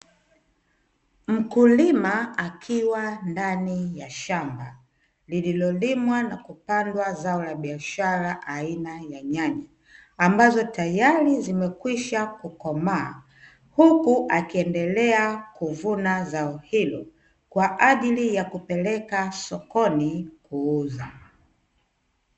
Mkulima akiwa ndani ya shamba, lililolimwa na kupandwa zao la biashara aina ya nyanya, ambazo tayari zimekwisha kukomaa huku akiendelea kuvuna zao hilo, kwa ajili ya kupeleka sokoni kuuza.